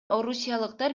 орусиялыктар